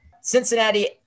Cincinnati